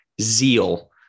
zeal